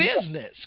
business